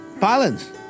balance